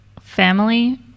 family